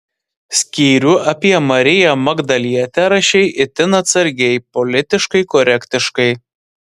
skyrių apie mariją magdalietę rašei itin atsargiai politiškai korektiškai